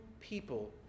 people